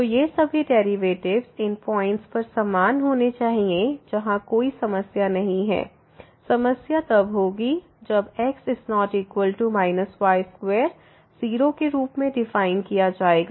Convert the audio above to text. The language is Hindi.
तो ये सभी डेरिवेटिव्स इन पॉइंट्स पर समान होने चाहिए जहां कोई समस्या नहीं है समस्या तब होगी जब x≠ y2 0 के रूप में डीफाइन किया जाएगा